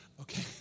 Okay